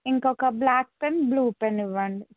ఇంకొక black pen blue pen ఇవ్వండి